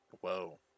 whoa